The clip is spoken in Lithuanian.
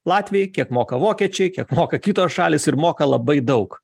latviai kiek moka vokiečiai kiek moka kitos šalys ir moka labai daug